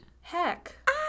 Heck